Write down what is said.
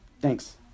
Thanks